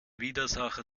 widersacher